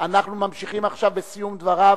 עכשיו בסיום דבריו